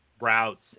routes